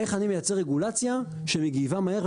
איך אני מייצר רגולציה שמגיבה מהר,